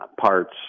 parts